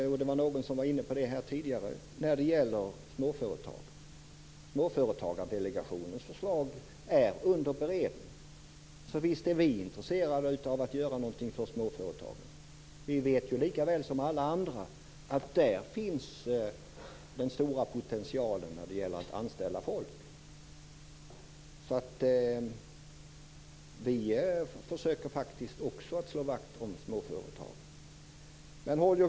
Det var någon som var inne på det tidigare när det gäller småföretagare. Småföretagardelegationens förslag är under beredning, så visst är vi intresserade av att göra någonting för småföretagen. Vi vet lika väl som alla andra att det är där den stora potentialen finns när det gäller att anställa folk. Vi försöker faktiskt också att slå vakt om småföretagen.